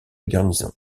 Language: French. garnison